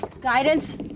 Guidance